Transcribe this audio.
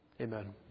Amen